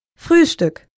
Frühstück